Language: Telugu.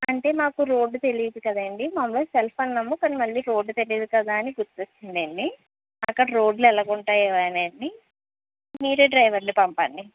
అంటే మాకు రోడ్ తెలియదు కదండీ మేము సెల్ఫ్ అన్నాము మళ్ళీ రోడ్ తెలియదు కదా అని గుర్తొచ్చిందండి అక్కడ రోడ్లు ఎలాగుంటాయో అనేది మీరే డ్రైవర్ ని పంపండి